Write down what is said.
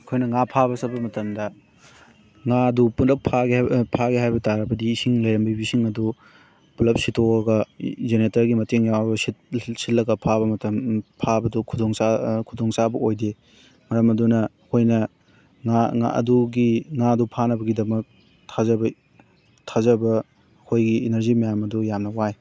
ꯑꯩꯈꯣꯏꯅ ꯉꯥ ꯐꯥꯕ ꯆꯠꯄ ꯃꯇꯝꯗ ꯉꯥ ꯑꯗꯨ ꯄꯨꯂꯞ ꯐꯥꯒꯦ ꯍꯥꯏꯕ ꯐꯥꯒꯦ ꯍꯥꯏꯕ ꯇꯥꯔꯕꯗꯤ ꯏꯁꯤꯡ ꯂꯩꯔꯝꯃꯤꯕ ꯏꯁꯤꯡ ꯑꯗꯨ ꯄꯨꯂꯞ ꯁꯤꯠꯇꯣꯛꯑꯒ ꯖꯦꯅꯦꯔꯦꯇꯔꯒꯤ ꯃꯇꯦꯡ ꯌꯥꯎꯔꯒ ꯁꯤꯠꯂꯒ ꯐꯥꯕ ꯃꯇꯝ ꯐꯥꯕꯗꯣ ꯈꯨꯗꯣꯡ ꯆꯥ ꯈꯨꯗꯣꯡ ꯆꯥꯕ ꯑꯣꯏꯗꯦ ꯃꯔꯝ ꯑꯗꯨꯅ ꯑꯩꯈꯣꯏꯅ ꯉꯥ ꯉꯥ ꯑꯗꯨꯒꯤ ꯉꯥ ꯑꯗꯨ ꯐꯥꯅꯕꯒꯤꯗꯃꯛ ꯊꯥꯖꯕ ꯊꯥꯖꯕ ꯑꯩꯈꯣꯏꯒꯤ ꯏꯅꯔꯖꯤ ꯃꯌꯥꯝ ꯑꯗꯨ ꯌꯥꯝꯅ ꯋꯥꯏ